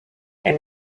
elle